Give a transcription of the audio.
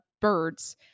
birds